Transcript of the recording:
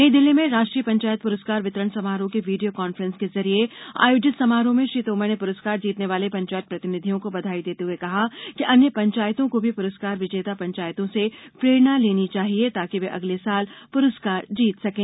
नई दिल्ली में राष्ट्रीय पंचायत पुरस्कार वितरण समारोह के वीडियो कांफ्रेंस के जरिए आयोजित समारोह में श्री तोमर ने पुरस्कार जीतने वाले पंचायत प्रतिनिधियों को बधाई देते हुए कहा कि अन्य पंचायतों को भी पुरस्कार विजेता पंचायतों से प्रेरणा लेनी चाहिए ताकि वे अगले साल पुरस्कार जीत सकें